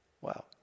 Wow